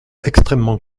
extrêmement